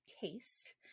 taste